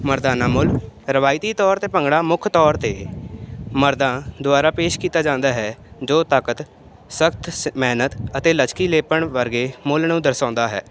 ਮਰਦਾਨਾ ਮੁੱਲ ਰਿਵਾਇਤੀ ਤੌਰ 'ਤੇ ਭੰਗੜਾ ਮੁੱਖ ਤੌਰ 'ਤੇ ਮਰਦਾਂ ਦੁਆਰਾ ਪੇਸ਼ ਕੀਤਾ ਜਾਂਦਾ ਹੈ ਜੋ ਤਾਕਤ ਸਖਤ ਸ ਮਿਹਨਤ ਅਤੇ ਲਚਕੀਲੇਪਣ ਵਰਗੇ ਮੁੱਲ ਨੂੰ ਦਰਸਾਉਂਦਾ ਹੈ